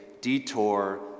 detour